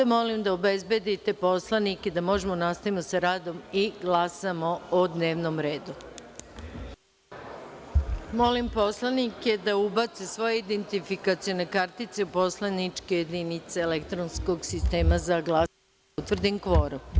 Molim da obezbedite poslanike da možemo da nastavimo sa radom i glasamo o dnevnom redu. [[Posle pauze.]] Molim poslanike da ubace svoje identifikacione kartice u poslaničke jedinice elektronskog sistema za glasanje da utvrdim kvorum.